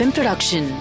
Production